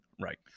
Right